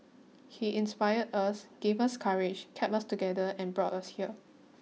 he inspired us gave us courage kept us together and brought us here